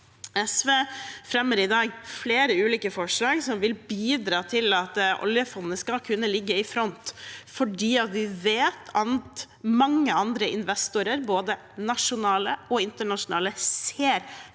SV fremmer i dag flere ulike forslag som vil bidra til at oljefondet skal kunne ligge i front, fordi vi vet at mange andre investorer, både nasjonale og internasjonale, ser hen